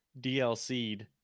DLC'd